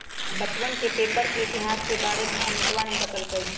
बच्चवन के पेपर के इतिहास के बारे में अमितवा ने बतल कई